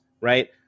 right